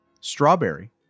strawberry